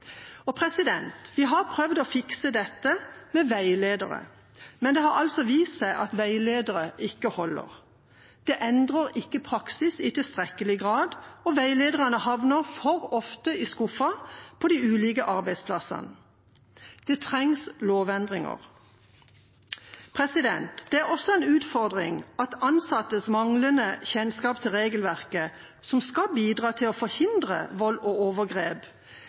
av vold. Vi har prøvd å fikse dette med veiledere, men det har vist seg at veiledere ikke holder. De endrer ikke praksis i tilstrekkelig grad, og veilederne havner for ofte i skuffen på de ulike arbeidsplassene. Det trengs lovendringer. Det er også en utfordring at ansatte har manglende kjennskap til regelverket som skal bidra til å forhindre vold og overgrep,